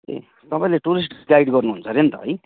ए तपाईँले tourist guide गर्नुहुन्छ अरे नि त है